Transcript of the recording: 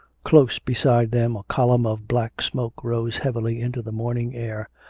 close be side them a column of black smoke rose heavily into the morning air,